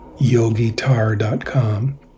yogitar.com